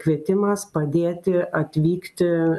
kvietimas padėti atvykti